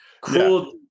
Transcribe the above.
Cool